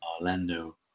Orlando